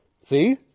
See